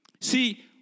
See